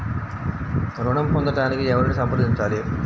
ఋణం పొందటానికి ఎవరిని సంప్రదించాలి?